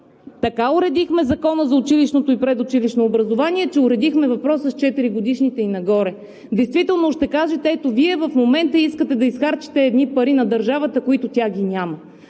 така уредихме Закона за училищното и предучилищното образование, че уредихме въпроса с четиригодишните и нагоре. Действително ще кажете: ето Вие в момента искате да изхарчите едни пари на държавата, които тя няма.